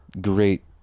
great